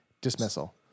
dismissal